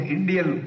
Indian